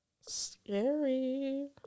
scary